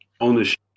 Ownership